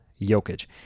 Jokic